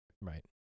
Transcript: Right